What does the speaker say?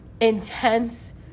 intense